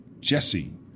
Jesse